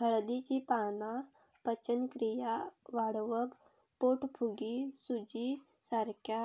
हळदीची पाना पचनक्रिया वाढवक, पोटफुगी, सुजीसारख्या